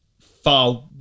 far